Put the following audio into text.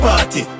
Party